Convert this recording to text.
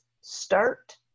start